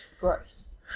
Gross